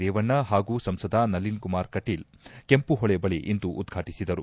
ರೇವಣ್ಣ ಹಾಗೂ ಸಂಸದ ನಳಿನ್ ಕುಮಾರ್ ಕಟೀಲ್ ಕೆಂಮಹೊಳೆ ಬಳಿ ಇಂದು ಉದ್ವಾಟಿಸಿದರು